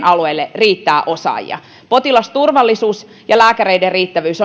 alueille riittää osaajia potilasturvallisuus ja lääkäreiden riittävyys